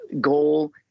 goal